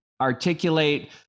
articulate